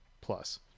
plus